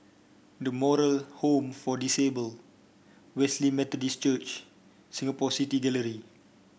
The Moral Home for Disabled Wesley Methodist Church Singapore City Gallery